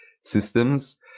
systems